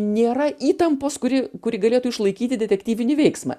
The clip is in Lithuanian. nėra įtampos kuri kuri galėtų išlaikyti detektyvinį veiksmą